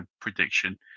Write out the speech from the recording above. prediction